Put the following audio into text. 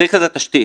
צריך לזה תשתית.